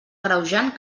agreujant